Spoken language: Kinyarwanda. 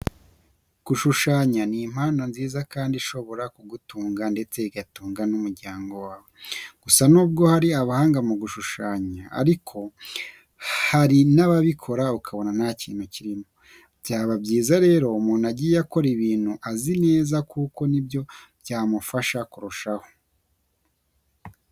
Gushushanya ni impano nziza kandi ishobora kugutunga ndetse igatunga n'umuryango wawe. Gusa nubwo hari abahanga mu gushushanya ariko hari n'ababikora ukabona nta kintu kirimo. Byaba byiza rero umuntu agiye akora ibintu azi neza kuko ni byo byamufasha kurushaho.